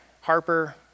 Harper